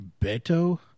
Beto